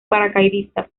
paracaidistas